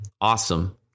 awesome